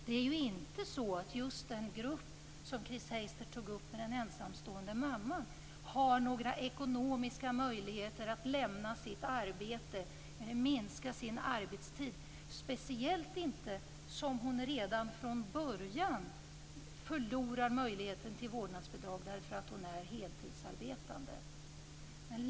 Det är ju inte så att just den grupp som Chris Heister tog upp med den ensamstående mamman har några ekonomiska möjligheter att lämna sitt arbete eller minska sin arbetstid, speciellt inte eftersom hon redan från början förlorar möjligheten till vårdnadsbidrag därför att hon är heltidsarbetande.